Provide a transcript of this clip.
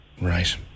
Right